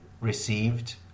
received